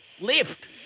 Lift